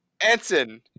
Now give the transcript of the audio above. Anson